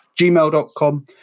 gmail.com